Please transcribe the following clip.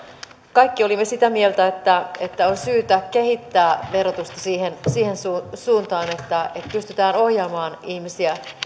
kaikki olimme sitä mieltä että että on syytä kehittää verotusta siihen siihen suuntaan suuntaan että pystytään ohjaamaan ihmisiä